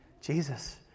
Jesus